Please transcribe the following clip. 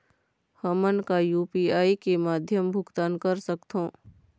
हमन का यू.पी.आई के माध्यम भुगतान कर सकथों?